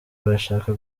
arashaka